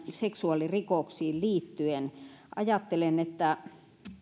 seksuaalirikoksiin liittyen ajattelen että